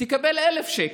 תקבל 1,000 שקל.